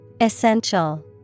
Essential